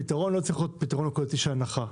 הפתרון לא צריך להיות פתרון נקודתי של הנחה.